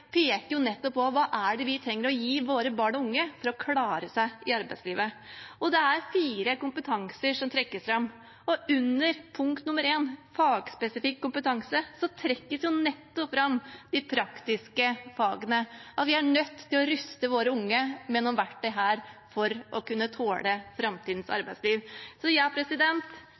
peker på hva det er vi trenger å gi våre barn og unge for å klare seg i arbeidslivet. Det er fire kompetanser som trekkes fram, og under punkt nummer én, om fagspesifikk kompetanse, trekkes nettopp de praktiske fagene fram, og at vi her er nødt til å ruste våre unge med noen verktøy for å kunne tåle framtidens arbeidsliv.